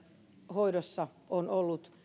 hoidossa on ollut